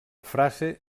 frase